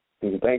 Thank